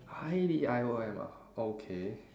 I D I O M ah okay